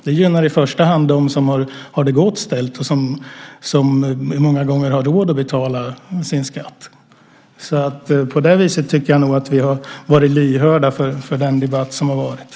Det skulle i första hand gynna dem som har det gott ställt och många gånger har råd att betala sin skatt. På det viset tycker jag nog att vi varit lyhörda för den debatt som funnits.